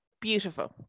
beautiful